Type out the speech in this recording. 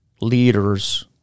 leaders